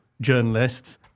journalists